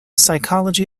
psychology